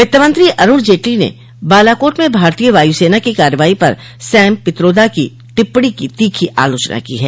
वित्त मंत्री अरुण जेटली ने बालाकोट में भारतीय वायु सेना की कार्रवाई पर सैम पित्रोदा की टिप्पणी की तीखी आलोचना की है